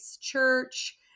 church